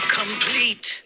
complete